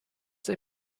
they